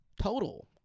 Total